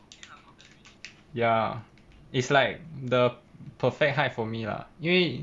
ya is like the perfect height for me lah 因为